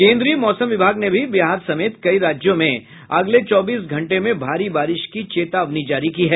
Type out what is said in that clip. केन्द्रीय मौसम विभाग ने भी बिहार समेत कई राज्यों में अगले चौबीस घंटे में भारी बारिश की चेतावनी जारी की है